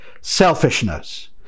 selfishness